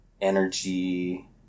energy